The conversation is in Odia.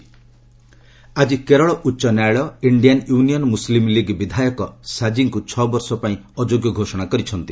କେରଳ ଏମ୍ଏଲ୍ଏ ଆଜି କେରଳ ଉଚ୍ଚ ନ୍ୟାୟାଳୟ ଇଣ୍ଡିଆନ୍ ୟୁନିଅନ୍ ମୁସଲିମ୍ ଲିଗ୍ ବିଧାୟକ ସାଜିଙ୍କୁ ଛ' ବର୍ଷ ପାଇଁ ଅଯୋଗ୍ୟ ଘୋଷଣା କରିଛନ୍ତି